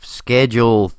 schedule